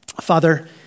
Father